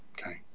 okay